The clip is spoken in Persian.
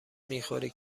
میخوری